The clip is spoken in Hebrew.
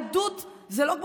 יהדות היא לא דנ"א,